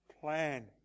plan